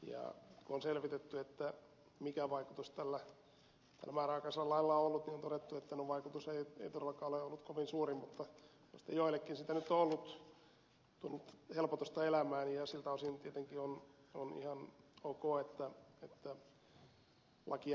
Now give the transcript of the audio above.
kun on selvitetty mikä vaikutus tällä määräaikaisella lailla on ollut niin on todettu että no vaikutus ei todellakaan ole ollut kovin suuri mutta joillekin siitä nyt on tullut helpotusta elämään ja siltä osin tietenkin on ihan ok että lakia nyt jatketaan